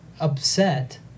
upset